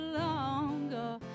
longer